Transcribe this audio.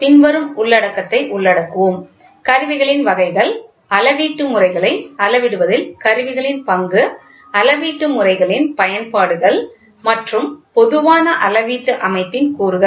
இன்று நாம் பின்வரும் உள்ளடக்கத்தை உள்ளடக்குவோம் கருவிகளின் வகைகள் அளவீட்டு முறைகளை அளவிடுவதில் கருவிகளின் பங்கு அளவீட்டு முறைகளின் பயன்பாடுகள் மற்றும் பொதுவான அளவீட்டு அமைப்பின் கூறுகள்